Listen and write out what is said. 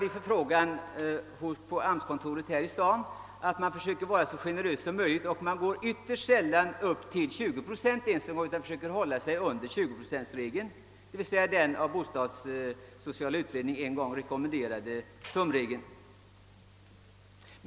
Vid förfrågan på AMS-kontoret här i staden framkommer att man försöker vara så generös som möjligt och ytterst sällan sträcker sig upp till 20 procent utan försöker hålla sig under 20 procentsgränsen, vilket är detsamma som den av bostadssociala utredningen en gång i tiden rekommenderade tumregeln.